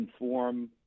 inform